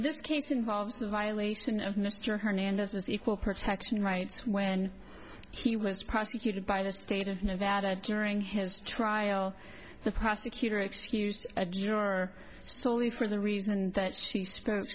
this case involves a violation of mr hernandez's equal protection rights when he was prosecuted by the state of nevada during his trial the prosecutor excused a juror story for the reason that she sp